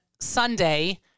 Sunday